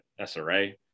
SRA